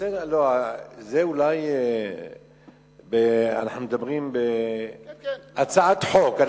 בסדר, זה אולי כשאנחנו מדברים בהצעת חוק.